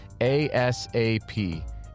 ASAP